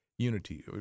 Unity